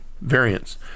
variants